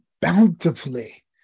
bountifully